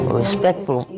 respectful